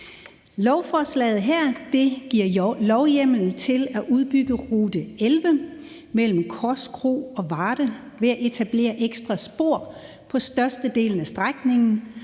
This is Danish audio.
Lovforslaget her giver lovhjemmel til at udbygge Rute 11 mellem Korskro og Varde ved at etablere ekstra spor på størstedelen af strækningen